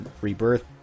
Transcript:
Rebirth